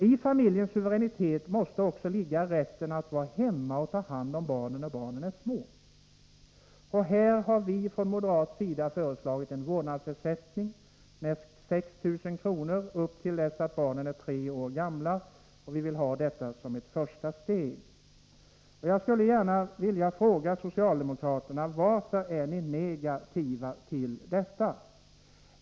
I familjens suveränitet måste också rätten att vara hemma och ta hand om barnen när de är små ingå. I fråga om detta har vi från moderat sida föreslagit en vårdnadsersättning med 6 000 kr. till dess att barnen är tre år gamla — vi vill ha detta som ett första steg. Jag skulle gärna vilja fråga socialdemokraterna: Varför är ni negativa till detta?